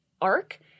arc